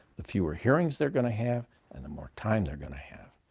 the fewer hearings they're going to have and the more time they're going to have.